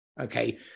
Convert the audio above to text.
okay